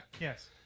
Yes